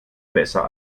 besser